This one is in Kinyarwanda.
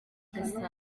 gasabo